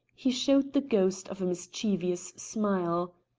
he showed the ghost of a mischievous smile.